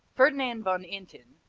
ferdinand von inten,